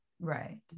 right